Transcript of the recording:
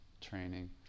training